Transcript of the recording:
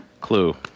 clue